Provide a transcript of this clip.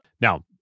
Now